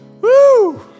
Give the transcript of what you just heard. Woo